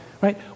right